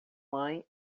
mãe